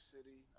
City